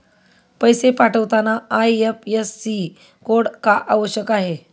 पैसे पाठवताना IFSC code का आवश्यक असतो?